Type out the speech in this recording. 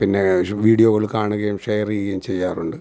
പിന്നെ വീഡിയോകൾ കാണുകയും ഷെയര് ചെയ്യുകയും ചെയ്യാറുണ്ട്